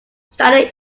standard